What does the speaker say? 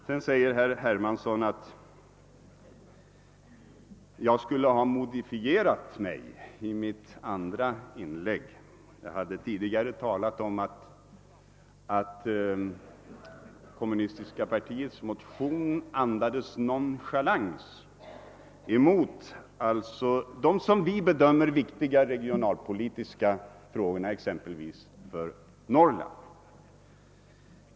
Sedan säger herr Hermansson att jag skulle ha modifierat mitt andra inlägg. Tidigare har jag talat om att det kommunistiska partiets motion andades nonchalans mot de enligt vår uppfattning viktiga regionalpolitiska frågorna för exempelvis Norrland.